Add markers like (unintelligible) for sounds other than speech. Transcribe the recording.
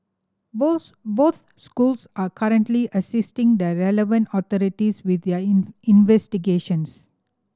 both both schools are currently assisting the relevant authorities with their (unintelligible) investigations